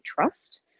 trust